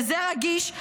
כזה רגיש,